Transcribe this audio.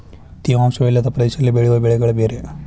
ತೇವಾಂಶ ವಿಲ್ಲದ ಪ್ರದೇಶದಲ್ಲಿ ಬೆಳೆಯುವ ಬೆಳೆಗಳೆ ಬೇರೆ